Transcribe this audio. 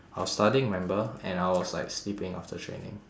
I was studying remember and I was like sleeping after training